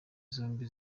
zombi